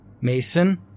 Mason